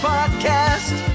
Podcast